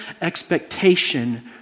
expectation